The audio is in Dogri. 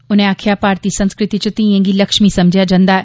उनें आक्खेआ भारती संस्कृति च धिएं गी लक्ष्मी समझेआ जंदा ऐ